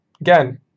Again